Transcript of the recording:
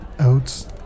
Oats